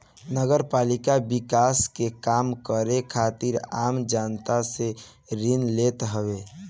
नगरपालिका विकास के काम करे खातिर आम जनता से ऋण लेत हवे